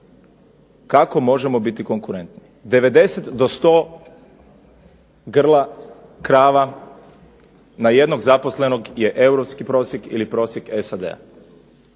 Kako možemo biti konkurentni? 90 do 100 grla krava na jednog zaposlenog je europski prosjek ili prosjek SAD-a.